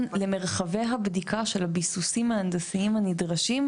למרחבי הבדיקה של הביסוסים ההנדסיים לביסוסים הנדרשים,